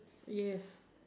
yes